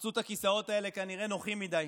עשו את הכיסאות האלה כנראה נוחים מדי,